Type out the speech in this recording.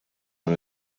van